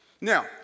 Now